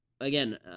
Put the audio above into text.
again